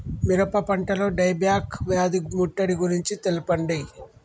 మిరప పంటలో dieback వ్యాధి ముట్టడి గురించి తెల్పండి?